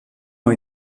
ont